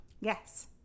Yes